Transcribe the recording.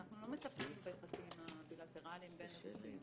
אנחנו לא מטפלים ביחסים הבילטרליים בין הגופים.